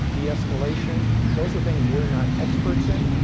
de-escalation those are things we're not experts in.